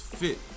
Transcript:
fit